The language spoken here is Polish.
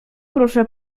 proszę